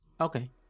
Okay